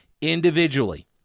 individually